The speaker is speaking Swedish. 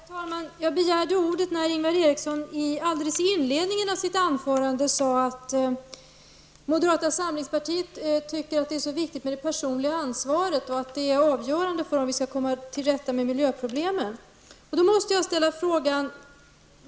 Herr talman! Jag begärde ordet när Ingvar Eriksson alldeles i inledningen av sitt anförande sade att moderata samlingspartiet tycker att det är så viktigt med det personliga ansvaret och att det är avgörande för om vi skall komma till rätta med miljöproblemen.